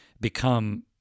become